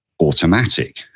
Automatic